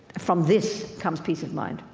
from this comes peace of mind.